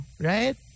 Right